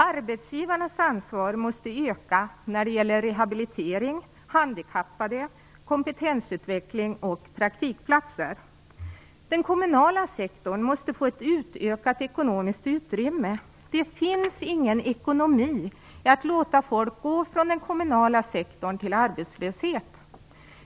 Arbetsgivarnas ansvar måste öka när det gäller rehabilitering, handikappade, kompetensutveckling och praktikplatser. Den kommunala sektorn måste få ett utökat ekonomiskt utrymme. Det finns ingen ekonomi i att låta folk gå från den kommunala sektorn till arbetslöshet.